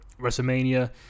WrestleMania